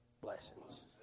blessings